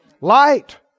light